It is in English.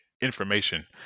information